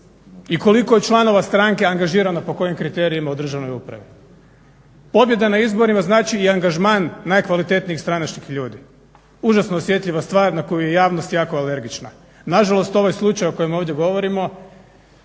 i koliko je članova stranke angažirano, po kojim kriterijima u državnoj upravi. Pobjeda na izborima znači i angažman najkvalitetnijih stranačkih ljudi. Užasno osjetljiva stvar na koju je javnost jako alergična. Nažalost ovaj slučaj o kojem ovdje govorimo